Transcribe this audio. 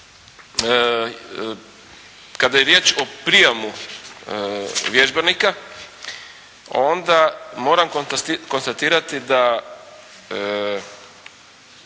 kada je riječ o prijemu vježbenika onda moram konstatirati da